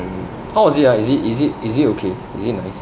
how was it ah is it is it is it okay is it nice